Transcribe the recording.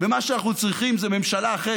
ומה שאנחנו צריכים זה ממשלה אחרת,